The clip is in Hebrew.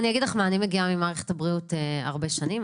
אני מגיעה ממערכת הבריאות שם הייתי הרבה שנים,